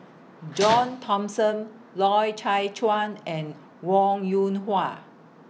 John Thomson Loy Chye Chuan and Wong Yoon Hwa